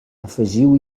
afegiu